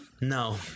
No